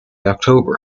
october